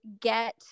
get